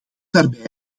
daarbij